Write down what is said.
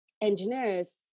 engineers